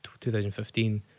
2015